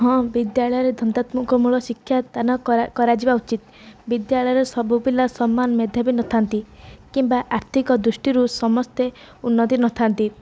ହଁ ବିଦ୍ୟାଳୟରେ ଧନ୍ଦାତ୍ମକ ମୂଳ ଶିକ୍ଷାଦାନ କରାକରାଯିବା ଉଚିତ ବିଦ୍ୟାଳୟରେ ସବୁ ପିଲା ସମାନ ମେଧାବୀ ନଥାନ୍ତି କିମ୍ବା ଆର୍ଥିକ ଦୃଷ୍ଟିରୁ ସମସ୍ତେ ଉନ୍ନତି ନଥାନ୍ତି